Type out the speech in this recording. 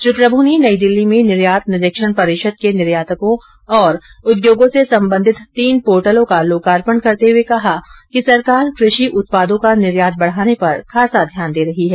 श्री प्रमू ने नई दिल्ली में निर्यात निरीक्षण परिषद के निर्योतकों और उद्योगों से संबंधित तीन पोर्टेलों का लोकार्पण करते हुए कहा कि सरकार कृषि उत्पादों का निर्यात बढ़ाने पर खासा ध्यान दे रही है